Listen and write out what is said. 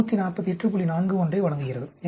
41 ஐ வழங்குகிறது